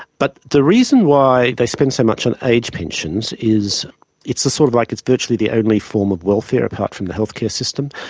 but the reason why they spend so much on age pensions is it's sort of like it's virtually the only form of welfare apart from the healthcare system.